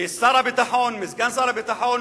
משר הביטחון, מסגן שר הביטחון,